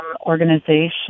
organization